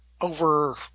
over